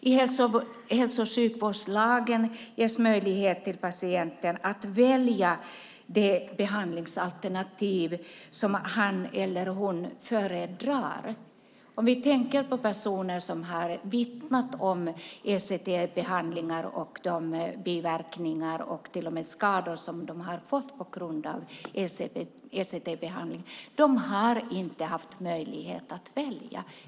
I hälso och sjukvårdslagen ges möjlighet till patienter att välja det behandlingsalternativ som han eller hon föredrar. Men de personer som har vittnat om ECT-behandlingar och de biverkningar och till och med skador som de har fått på grund av ECT-behandlingar har inte haft möjlighet att välja.